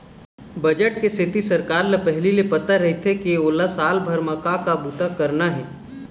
budget के सेती सरकार ल पहिली ले पता रहिथे के ओला साल भर म का का बूता करना हे